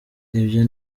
ibyo